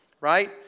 Right